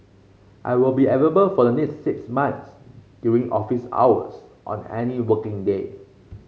I will be available for the next six months during office hours on any working day